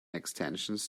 extensions